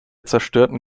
zerstörten